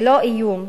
ללא איום,